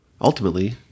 Ultimately